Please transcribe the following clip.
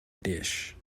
dish